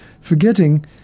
Forgetting